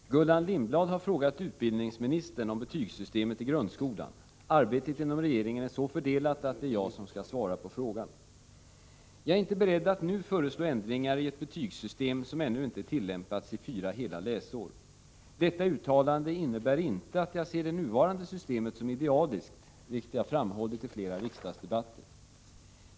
Herr talman! Gullan Lindblad har frågat utbildningsministern om betygssystemet i grundskolan. Arbetet inom regeringen är så fördelat att det är jag som skall svara på frågan. Jag är inte beredd att nu föreslå ändringar i ett betygssystem som ännu inte tillämpats i fyra hela läsår. Detta uttalande innebär inte att jag ser det nuvarande systemet som idealiskt, vilket jag framhållit i flera riksdagsdebatter.